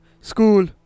School